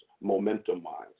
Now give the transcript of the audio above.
momentum-wise